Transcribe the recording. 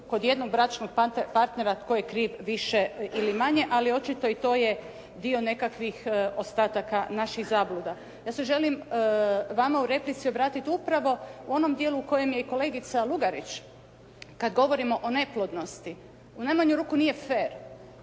kod jednog bračnog partnera tko je kriv više ili manje. Ali očito i to je dio nekakvih ostataka naših zabluda. Ja se želim vama u replici obratiti upravo u onom dijelu u kojem je i kolegica Lugarić kada govorimo o neplodnosti. U najmanju ruku nije fer,